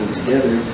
together